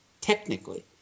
technically